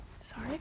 Sorry